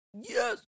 yes